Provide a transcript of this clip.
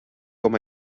com